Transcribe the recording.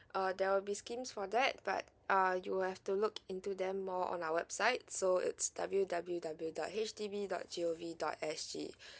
uh there will be schemes for that but uh you have to look into them more on our website so it's w w w dot H D B dot g o v dot s g